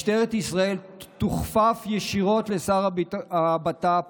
משטרת ישראל תוכפף ישירות לשר הבט"פ